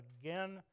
again